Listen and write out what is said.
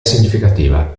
significativa